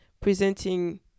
presenting